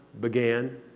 began